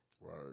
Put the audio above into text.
Right